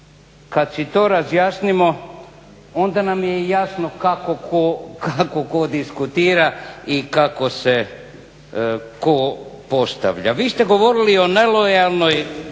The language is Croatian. Kada si to razjasnimo onda nam je jasno kako ko diskutira i kako se ko postavlja. Vi ste govorili o nelojalnoj